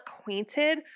acquainted